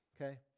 okay